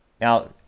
Now